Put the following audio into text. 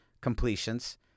completions